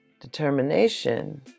Determination